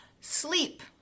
sleep